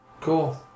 Cool